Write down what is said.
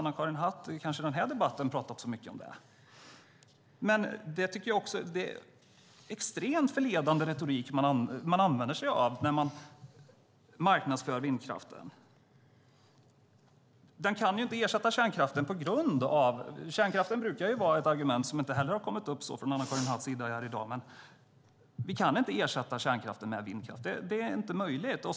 Anna-Karin Hatt har inte sagt så mycket om det i denna debatt, men det är extremt förledande retorik man använder när man marknadsför vindkraften. Kärnkraften brukar vara ett argument, men inte heller det har Anna-Karin Hatt använt i dag. Sverige kan inte ersätta kärnkraften med vindkraft; det är inte möjligt.